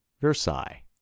Versailles